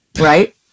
Right